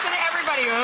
everybody,